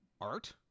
Art